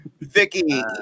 Vicky